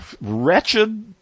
wretched